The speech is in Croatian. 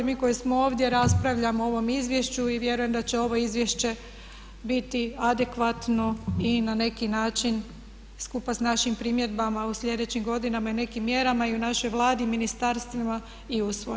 Mi koji smo ovdje raspravljamo o ovom izvješću i vjerujem da će ovo izvješće biti adekvatno i na neki način skupa s našim primjedbama u sljedećim godinama i nekim mjerama i u našoj Vladi, ministarstvima i usvojeno.